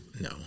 No